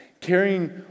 carrying